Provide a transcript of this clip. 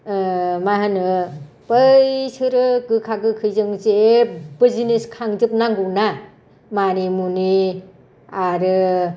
मा होनो बैसोरो गोखा गोखैजों जेबो जिनिस खांजोब नांगौना मानिमुनि आरो